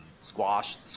squash